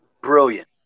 brilliant